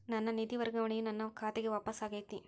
ನನ್ನ ನಿಧಿ ವರ್ಗಾವಣೆಯು ನನ್ನ ಖಾತೆಗೆ ವಾಪಸ್ ಆಗೈತಿ